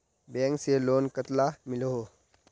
Bank से loan कतला मिलोहो?